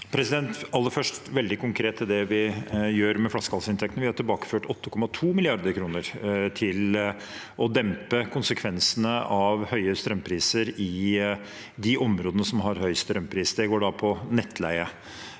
Aller først veldig konkret til det vi gjør med flaskehalsinntektene: Vi har tilbakeført 8,2 mrd. kr for å dempe konsekvensene av høye strømpriser i de områdene som har høy strømpris. Det går på nettleiesystemet.